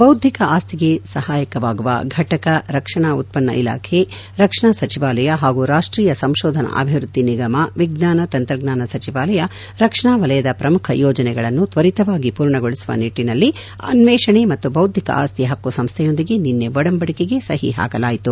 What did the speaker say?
ಬೌದ್ದಿಕ ಆಸ್ತಿ ಸಹಾಯವಾಗುವ ಘಟಕ ರಕ್ಷಣಾ ಉತ್ಪನ್ನ ಇಲಾಖೆ ರಕ್ಷಣಾ ಸಚಿವಾಲಯ ಹಾಗೂ ರಾಷ್ವೀಯ ಸಂಶೋಧನಾ ಅಭಿವೃದ್ದಿ ನಿಗಮ ವಿಜ್ವಾನ ತಂತ್ರಜ್ವಾನ ಸಚಿವಾಲಯ ರಕ್ಷಣಾ ವಲಯದ ಪ್ರಮುಖ ಯೋಜನೆಗಳನ್ನು ತ್ವರಿತವಾಗಿ ಮೂರ್ಣಗೊಳಿಸುವ ನಿಟ್ಟನಲ್ಲಿ ಅನ್ವೇಷಣೆ ಮತ್ತು ಬೌದ್ಧಿಕ ಆಸ್ತಿ ಹಕ್ಕು ಸಂಸ್ಥೆಯೊಂದಿಗೆ ನಿನ್ನೆ ಒಡಂಬಡಿಕೆಗೆ ಸಹಿ ಹಾಕಲಾಯಿತು